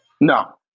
No